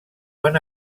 van